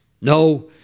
No